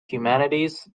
humanities